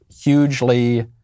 hugely